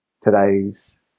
Today's